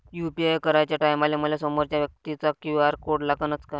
UPI कराच्या टायमाले मले समोरच्या व्यक्तीचा क्यू.आर कोड लागनच का?